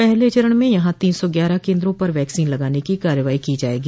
पहले चरण में यहां तीन सौ ग्यारह केन्द्रों पर वैक्सीन लगाने की कार्रवाई की जायेगी